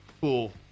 Cool